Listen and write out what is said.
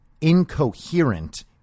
incoherent